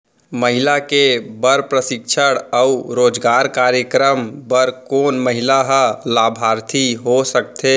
महिला के बर प्रशिक्षण अऊ रोजगार कार्यक्रम बर कोन महिला ह लाभार्थी हो सकथे?